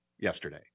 yesterday